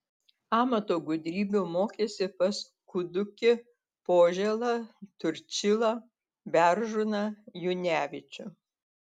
amato gudrybių mokėsi pas kudukį požėlą turčilą beržūną junevičių